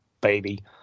baby